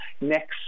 next